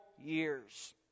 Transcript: years